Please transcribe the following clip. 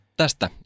tästä